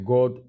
God